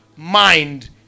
Mind